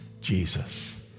Jesus